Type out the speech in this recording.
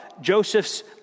Joseph's